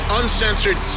uncensored